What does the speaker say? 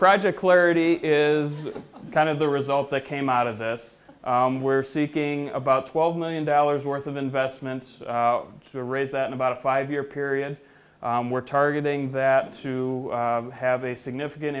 project clarity is kind of the result that came out of this we're seeking about twelve million dollars worth of investments to raise that in about a five year period we're targeting that to have a significant